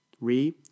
Re